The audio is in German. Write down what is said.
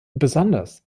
besonders